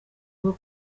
bwo